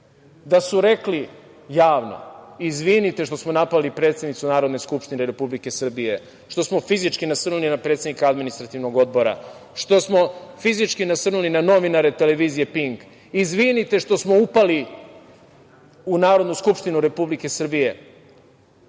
da su rekli javno – izvinite što smo napali predsednicu Narodne skupštine Republike Srbije, što smo fizički nasrnuli na predsednika Administrativnog odbora, što smo fizički nasrnuli na novinara Televizije „Pink“, izvinite što smo upali u Narodnu skupštinu Republike Srbije. Vidite,